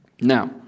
Now